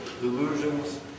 Delusions